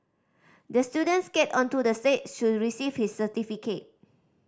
the student skated onto the stage to receive his certificate